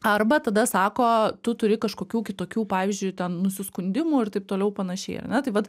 arba tada sako tu turi kažkokių kitokių pavyzdžiui ten nusiskundimų ir taip toliau panašiai ar ne tai vat